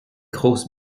grosse